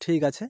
ঠিক আছে